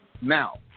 Now